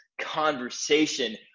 Conversation